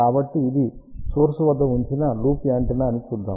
కాబట్టి ఇది సోర్స్ వద్ద ఉంచిన లూప్ యాంటెన్నా అని చూద్దాం